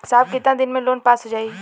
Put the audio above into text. साहब कितना दिन में लोन पास हो जाई?